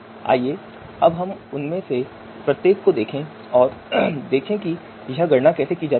आइए अब हम उनमें से प्रत्येक को देखें और देखें कि गणना कैसे की जाती है